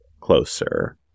closer